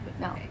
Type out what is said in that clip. No